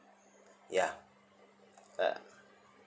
ya uh